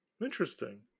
Interesting